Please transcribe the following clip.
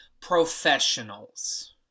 professionals